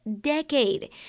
decade